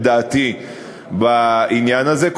את דעתי בעניין הזה,